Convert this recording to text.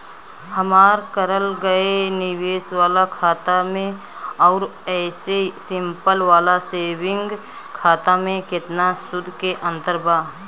हमार करल गएल निवेश वाला खाता मे आउर ऐसे सिंपल वाला सेविंग खाता मे केतना सूद के अंतर बा?